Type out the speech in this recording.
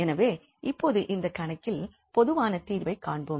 எனவே இப்போது இந்த கணக்கில் பொதுவான தீர்வைக் காண்போம்